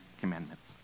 Commandments